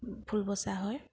ফুল বচা হয়